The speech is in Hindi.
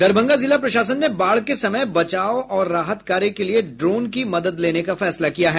दरभंगा जिला प्रशासन ने बाढ़ के समय बचाव और राहत कार्य के लिए ड्रोन की मदद लेने का फैसला किया है